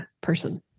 person